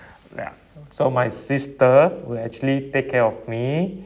ya so my sister will actually take care of me